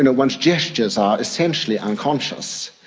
and one's gestures are essentially unconscious,